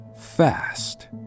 fast